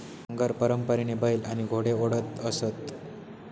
नांगर परंपरेने बैल आणि घोडे ओढत असत